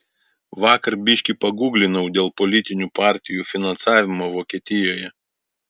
vakar biški pagūglinau dėl politinių partijų finansavimo vokietijoje